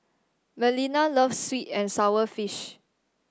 Melina loves sweet and sour fish